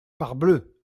parbleu